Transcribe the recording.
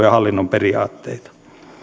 ja hallinnon periaatteita